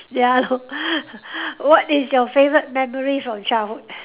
ya what is your favourite memory from childhood